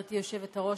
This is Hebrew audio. גברתי היושבת-ראש,